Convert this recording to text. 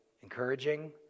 Encouraging